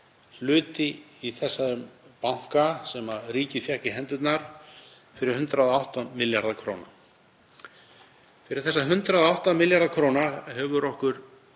hlut í þessum banka sem ríkið fékk í hendurnar fyrir 108 milljarða kr. Fyrir þessa 108 milljarða kr. hefur okkur